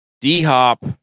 D-Hop